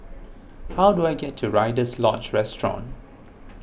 how do I get to Rider's Lodge Resort